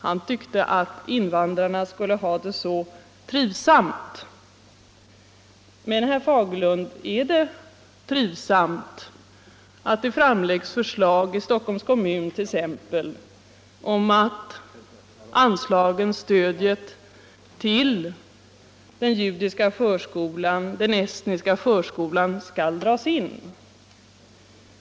Han tyckte att invandrarna skulle ha det trivsamt. Men, herr Fagerlund, är det trivsamt att det framläggs förslag i Stockholms kommun t.ex. om att stödet till den judiska förskolan eller den estniska förskolan skall dras in?